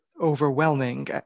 overwhelming